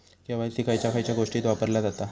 KYC खयच्या खयच्या गोष्टीत वापरला जाता?